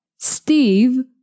Steve